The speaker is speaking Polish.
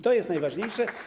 To jest najważniejsze.